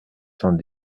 cent